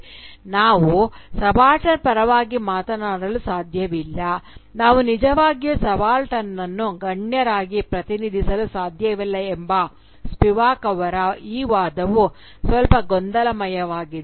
ಈಗ ನಾವು ಸಬಾಲ್ಟರ್ನ್ ಪರವಾಗಿ ಮಾತನಾಡಲು ಸಾಧ್ಯವಿಲ್ಲ ನಾವು ನಿಜವಾಗಿಯೂ ಸಬಾಲ್ಟರ್ನ್ ಅನ್ನು ಗಣ್ಯರಾಗಿ ಪ್ರತಿನಿಧಿಸಲು ಸಾಧ್ಯವಿಲ್ಲ ಎಂಬ ಸ್ಪಿವಾಕ್ ಅವರ ಈ ವಾದವು ಸ್ವಲ್ಪ ಗೊಂದಲಮಯವಾಗಿದೆ